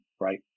right